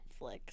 Netflix